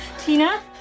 Tina